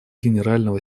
генерального